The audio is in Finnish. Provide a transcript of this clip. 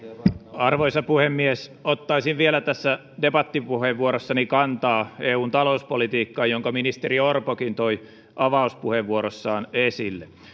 arvoisa puhemies ottaisin vielä tässä debattipuheenvuorossani kantaa eun talouspolitiikkaan jonka ministeri orpokin toi avauspuheenvuorossaan esille